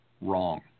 wrong